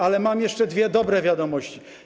Ale mam jeszcze dwie dobre wiadomości.